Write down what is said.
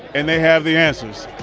and they have the answers,